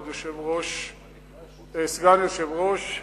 ועוד סגן יושב-ראש.